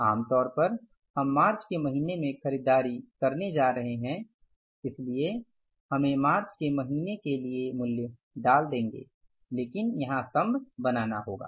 आम तौर पर हम मार्च के महीने में खरीदारी करने जा रहे हैं इसलिए हम मार्च के महीने के लिए मूल्य डाल देंगे लेकिन यहां स्तम्भ बनाना होगा